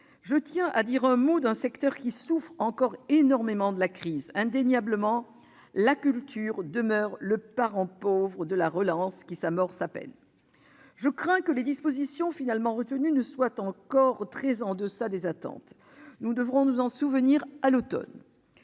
je tiens à dire un mot d'un secteur qui souffre encore énormément de la crise. Indéniablement, la culture demeure le parent pauvre de la relance qui s'amorce à peine. Je crains que les dispositions finalement retenues ne soient encore très en deçà des attentes. Nous devrons nous en souvenir à l'automne.